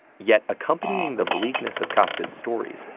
yet accompanying the bleakness of kafka's stories,